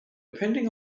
depending